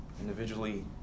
Individually